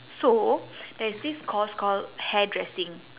so there is this course called hairdressing